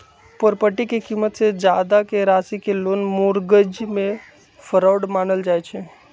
property के कीमत से जादा के राशि के लोन मोर्गज में फरौड मानल जाई छई